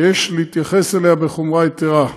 ויש להתייחס אליה בחומרה יתרה.